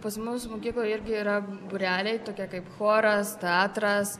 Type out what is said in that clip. pas mus mokykloj irgi yra būreliai tokie kaip choras teatras